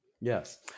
Yes